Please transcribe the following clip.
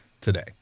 today